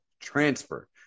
transfer